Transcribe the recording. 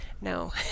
no